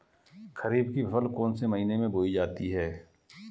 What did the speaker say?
खरीफ की फसल कौन से महीने में बोई जाती है?